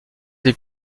des